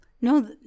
No